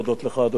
אדוני היושב-ראש,